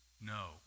No